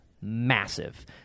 massive